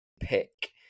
pick